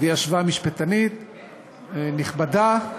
וישבה משפטנית נכבדה,